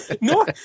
No